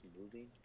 moving